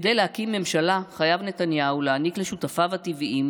כדי להקים ממשלה חייב נתניהו להעניק לשותפיו הטבעיים